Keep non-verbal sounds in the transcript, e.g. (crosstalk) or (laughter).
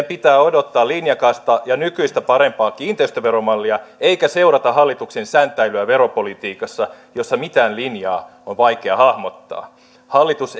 (unintelligible) pitää odottaa linjakasta ja nykyistä parempaa kiinteistöveromallia eikä seurata hallituksen säntäilyä veropolitiikassa jossa mitään linjaa on vaikea hahmottaa hallitus (unintelligible)